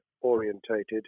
orientated